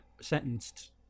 sentenced